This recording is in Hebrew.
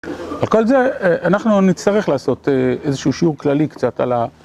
על כל זה, אנחנו נצטרך לעשות איזשהו שיעור כללי קצת על ה...